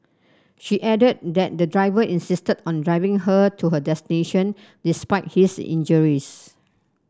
she added that the driver insisted on driving her to her destination despite his injuries